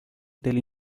del